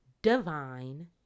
divine